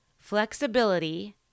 flexibility